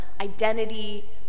identity